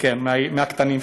כן, מהקטנים שלהם.